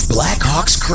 Blackhawks